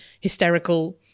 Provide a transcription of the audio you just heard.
hysterical